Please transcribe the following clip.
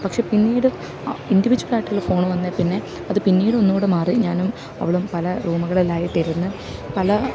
പക്ഷെ പിന്നീട് ഇൻഡിവിജ്വലായിട്ടുള്ള ഫോൺ വന്നെ പിന്നെ അത് പിന്നീട് ഒന്നു കൂടെ മാറി ഞാനും അവളും പല റൂമുകളിലായിട്ടിരുന്ന് പല